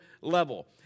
level